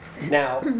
Now